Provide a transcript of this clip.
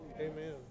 Amen